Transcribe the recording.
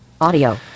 Audio